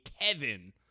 kevin